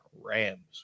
Rams